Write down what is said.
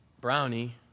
brownie